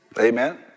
amen